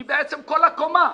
היא בעצם כל הקומה.